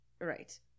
Right